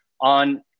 on